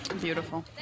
Beautiful